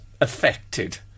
affected